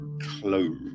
Close